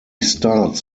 starts